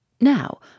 Now